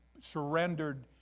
surrendered